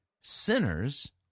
Sinners